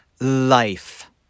life